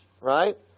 right